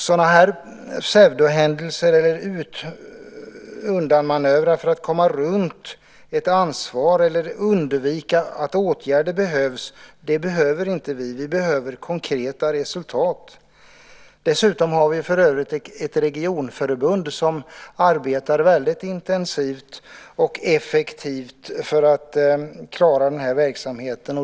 Sådana här pseudohändelser, undanmanövrer för att komma runt ett ansvar eller undvika att åtgärder behövs, är något som vi inte behöver. Vi behöver konkreta resultat. För övrigt har vi dessutom ett regionförbund som väldigt intensivt och effektivt arbetar för att klara den här verksamheten.